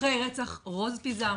אחרי רצח רוז פיזם